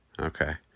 Okay